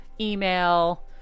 email